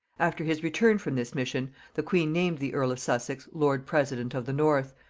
after his return from this mission the queen named the earl of sussex lord-president of the north,